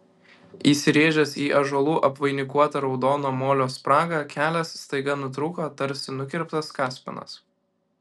įsirėžęs į ąžuolų apvainikuotą raudono molio spragą kelias staiga nutrūko tarsi nukirptas kaspinas